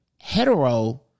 hetero